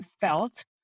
felt